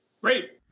Great